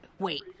Wait